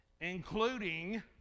including